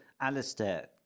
Alistair